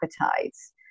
appetites